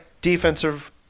defensive